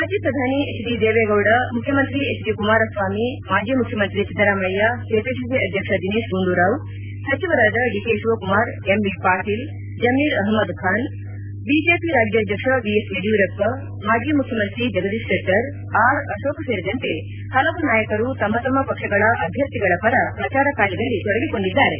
ಮಾಜಿ ಪ್ರಧಾನಿ H D Deve Gowda ಮುಖ್ಯಮಂತ್ರಿ ಎಚ್ ಡಿ ಕುಮಾರಸ್ವಾಮಿ ಮಾಜಿ ಮುಖ್ಯಮಂತ್ರಿ ಒದ್ದರಾಮಯ್ಯ ಕೆಪಿಸಿ ಅಧ್ಯಕ್ಷ ದಿನೇಶ್ ಗುಂಡೂರಾವ್ ಸಚಿವರಾದ D K Shivakumar M B Patil Zameer Ahmed Khan BJP ರಾಜ್ಯಾಧ್ವಕ್ಷ ಬಿ ಎಸ್ ಯಡಿಯೂರಪ್ಪ ಮಾಜಿ ಮುಖ್ಯಮಂತ್ರಿ ಜಗದೀಶ್ ಶೆಟ್ಟರ್ ಆರ್ ಅಕೋಕ್ ಸೇರಿದಂತೆ ಹಲವು ನಾಯಕರು ತಮ್ಮ ತಮ್ಮ ಪಕ್ಷಗಳ ಅಭ್ಯರ್ಥಿಗಳ ಪರ ಪ್ರಚಾರ ಕಾರ್ಯದಲ್ಲಿ ತೊಡಗಿಕೊಂಡಿದ್ದಾರೆ